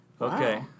Okay